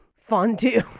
fondue